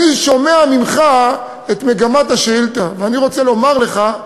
אני שומע ממך את מגמת השאילתה, ואני רוצה לומר לך,